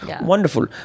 Wonderful